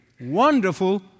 Wonderful